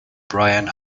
brian